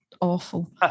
Awful